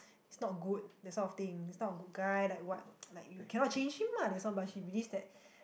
he's not good that sort of thing he's not a good guy like what like you cannot change him lah that sort but she believes that